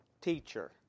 Teacher